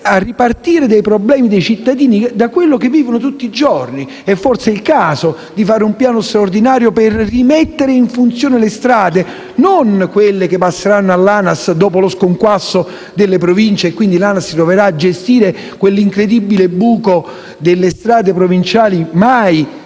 a ripartire dai problemi dei cittadini, da quello che vivono tutti i giorni. È forse il caso di varare un piano straordinario per rimettere in funzione le strade, ma non quelle che passeranno all'ANAS dopo lo sconquasso delle Province, quando l'ANAS si troverà a gestire quell'incredibile buco delle strade provinciali mai